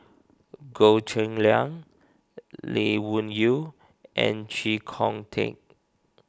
Goh Cheng Liang Lee Wung Yew and Chee Kong Tet